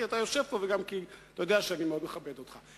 כי אתה יושב פה וגם כי אתה יודע שאני מאוד מכבד אותך.